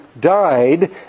died